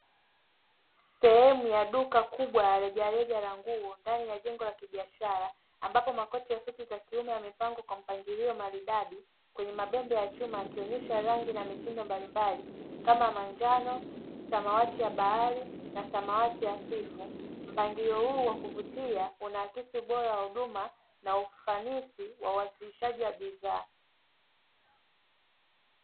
Sehemu ya duka kubwa ya rejareja la nguo ndani ya jengo la kibiashara ambapo makoti ya suti za kiume, yamepangwa kwa mpangilio maridadi kwenye mabembe ya chuma akionyesha rangi na mitindo mbalimbali kama manjano, samawati ya bahari na samawati ya fifu mpangilio huu wa kuvutia unaakisi ubora wa huduma na ufanisi wawasilishaji wa bidhaa.